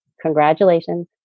Congratulations